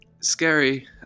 Scary